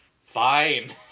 fine